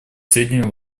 сведению